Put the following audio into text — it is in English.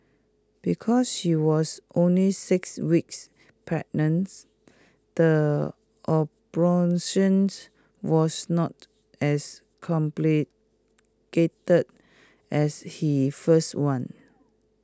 because she was only six weeks pregnant the abortions was not as complicated as her first one